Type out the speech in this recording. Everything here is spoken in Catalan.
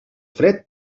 fred